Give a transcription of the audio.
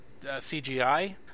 CGI